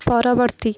ପରବର୍ତ୍ତୀ